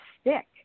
stick